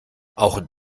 auch